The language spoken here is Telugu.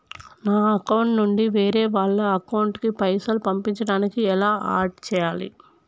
నా అకౌంట్ నుంచి వేరే వాళ్ల అకౌంట్ కి పైసలు పంపించడానికి ఎలా ఆడ్ చేయాలి?